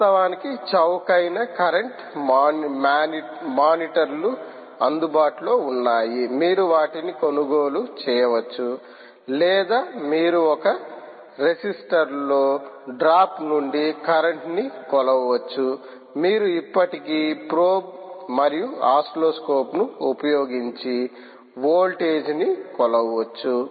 వాస్తవానికి చౌకైన కరెంట్ మానిటర్ల అందుబాటులో ఉన్నాయి మీరు వాటిని కొనుగోలు చేయవచ్చు లేదా మీరు ఒక రెసిస్టర్లో డ్రాప్ నుండి కరెంటు ని కొలవవచ్చు మీరు ఇప్పటికీ ప్రోబ్ మరియు ఆసిల్లోస్కోప్ను ఉపయోగించి వోల్టేజ్ ని కొలవవచ్చు